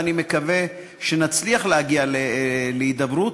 ואני מקווה שנצליח להגיע להידברות,